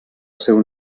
seu